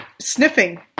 sniffing